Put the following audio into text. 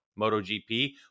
MotoGP